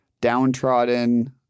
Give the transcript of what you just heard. downtrodden